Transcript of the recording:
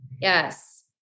Yes